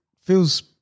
feels